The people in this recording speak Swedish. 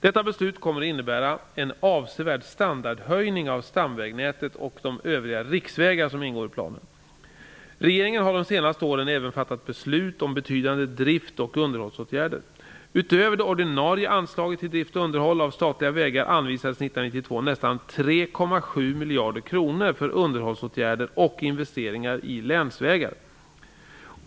Detta beslut kommer att innebära en avsevärd standardhöjning på stamvägnätet och de övriga riksvägar som ingår i planen. Regeringen har de senaste åren även fattat beslut om betydande drifts och underhållsåtgärder. 3,7 miljarder kronor för underhållsåtgärder och investeringar i länsvägar.